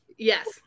Yes